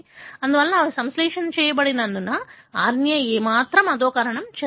అందువల్ల అవి సంశ్లేషణ చేయబడినందున RNA ఏమాత్రం అధోకరణం చెందలేదు